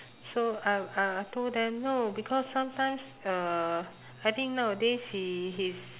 so uh I I told them no because sometimes uh I think nowadays he he's